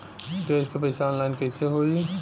Gas क पैसा online कइसे होई?